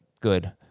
good